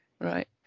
Right